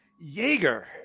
Jaeger